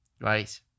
right